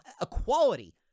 equality